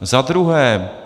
Za druhé.